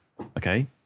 okay